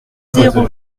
zéro